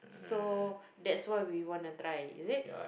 so that's why we wanna try is it